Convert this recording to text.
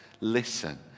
Listen